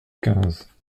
quinze